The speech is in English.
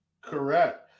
Correct